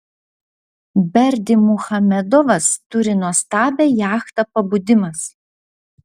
berdymuchamedovas turi nuostabią jachtą pabudimas